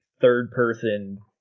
third-person